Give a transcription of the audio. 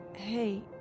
Hey